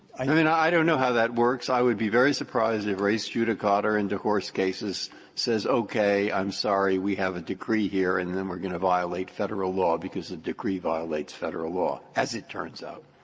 i mean i don't know how that works. i would be very surprised if res judicata in divorce cases says okay, i'm sorry, we have a decree here, and then we're going to violate federal law because the decree violates federal law, as it turns out.